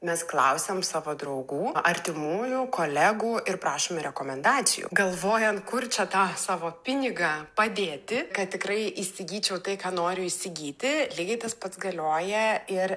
mes klausiam savo draugų artimųjų kolegų ir prašome rekomendacijų galvojan kur čia tą savo pinigą padėti kad tikrai įsigyčiau tai ką noriu įsigyti lygiai tas pats galioja ir